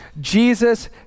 Jesus